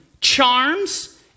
charms